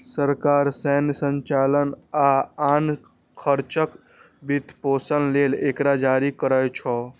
सरकार सैन्य संचालन आ आन खर्चक वित्तपोषण लेल एकरा जारी करै छै